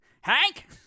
Hank